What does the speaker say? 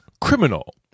Criminal